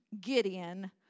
Gideon